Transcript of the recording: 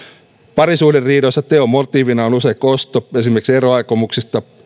parisuhderiidoissa teon motiivina on usein kosto esimerkiksi eroaikomuksista